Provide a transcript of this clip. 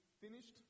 finished